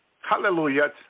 hallelujah